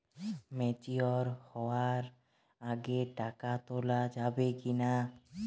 Mature হওয়ার আগে টাকা তোলা যাবে কিনা?